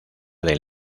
del